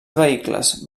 vehicles